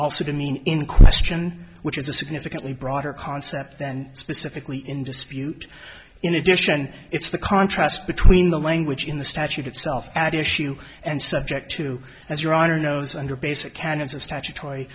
also to mean in question which is a significantly broader concept than specifically in dispute in addition it's the contrast between the language in the statute itself at issue and subject to as your honor knows under basic canons of statutory